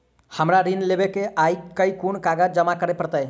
हमरा ऋण लेबै केँ अई केँ कुन कागज जमा करे पड़तै?